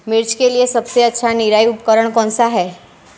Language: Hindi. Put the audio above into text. मिर्च के लिए सबसे अच्छा निराई उपकरण कौनसा है?